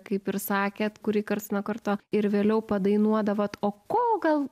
kaip ir sakėt kurį karts nuo karto ir vėliau padainuodavot o ko gal